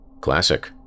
classic